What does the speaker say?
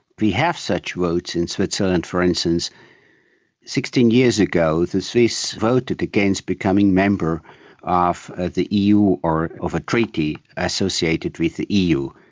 we have such votes in switzerland, for instance sixteen years ago, the swiss voted against becoming a member of ah the eu or of a treaty associated with the eu.